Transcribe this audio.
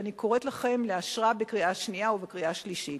ואני קוראת לכם לאשרה בקריאה השנייה ובקריאה השלישית.